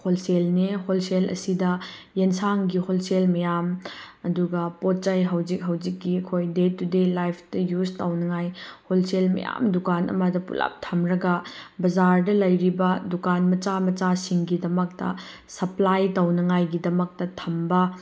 ꯍꯣꯜꯁꯦꯜꯅꯤ wholesale ꯑꯁꯤꯗ ꯌꯦꯟꯁꯥꯡꯒꯤ wholesale ꯃꯌꯥꯝ ꯑꯗꯨꯒ ꯄꯣꯠ ꯆꯩ ꯍꯧꯖꯤꯛ ꯍꯧꯖꯤꯛꯀꯤ ꯑꯩꯈꯣꯏ ꯗꯦ ꯇꯨ ꯗꯦ ꯂꯥꯏꯐꯇ ꯌꯨꯁ ꯇꯧꯅꯉꯥꯏ ꯍꯣꯜꯁꯦꯜ ꯃꯌꯥꯝ ꯗꯨꯀꯥꯟ ꯑꯃꯗ ꯄꯨꯂꯞ ꯊꯝꯂꯒ ꯕꯖꯥꯔꯗ ꯂꯩꯔꯤꯕ ꯗꯨꯀꯥꯟ ꯃꯆꯥ ꯃꯆꯥꯁꯤꯡꯒꯤꯗꯃꯛꯇ ꯁꯞꯄ꯭ꯂꯥꯏ ꯇꯧꯅꯉꯥꯏꯒꯤꯗꯃꯛꯇ ꯊꯝꯕ